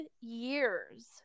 years